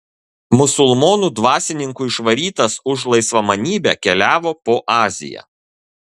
musulmonų dvasininkų išvarytas už laisvamanybę keliavo po aziją